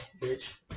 Bitch